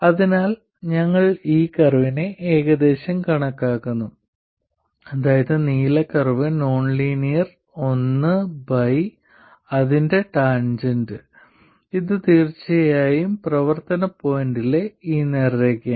അതിനാൽ ഞങ്ങൾ ഈ കർവിനെ ഏകദേശം കണക്കാക്കുന്നു അതായത് നീല കർവ് നോൺ ലീനിയർ ഒന്ന് ബൈ അതിന്റെ ടാൻജെന്റ് ഇത് തീർച്ചയായും പ്രവർത്തന പോയിന്റിലെ ഈ നേർരേഖയാണ്